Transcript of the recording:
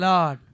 Lord